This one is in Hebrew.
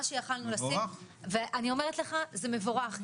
מה שיכולנו לשים ואני אומרת לך זה מבורך,